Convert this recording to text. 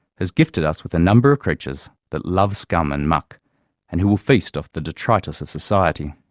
has gifted us with a number of creatures that love scum and muck and who will feast off the detritus of society.